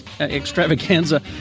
extravaganza